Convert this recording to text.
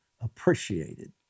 appreciated